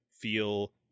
feel